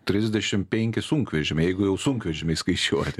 trisdešimt penki sunkvežimiai jeigu jau sunkvežimiai įskaičiuoti